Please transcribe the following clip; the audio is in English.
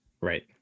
Right